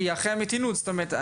זאת אומרת,